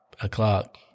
o'clock